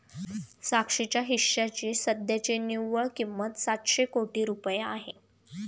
साक्षीच्या हिश्श्याची सध्याची निव्वळ किंमत सातशे कोटी रुपये आहे